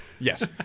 Yes